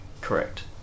Correct